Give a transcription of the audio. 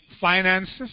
finances